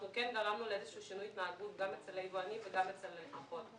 כן גרמנו לאיזשהו שינוי התנהגות גם אצל היבואנים וגם אצל הלקוחות.